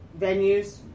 Venues